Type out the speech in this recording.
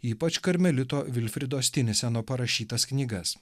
ypač karmelito vilfrido stiniseno parašytas knygas